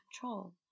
control